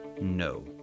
no